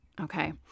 Okay